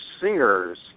singers